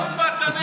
למה הצבעת נגד?